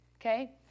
Okay